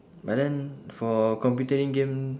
but then for computering game